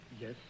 Yes